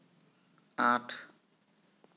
আঠ